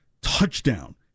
touchdown